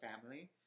family